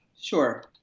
Sure